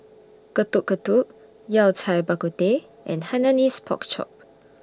Getuk Getuk Yao Cai Bak Kut Teh and Hainanese Pork Chop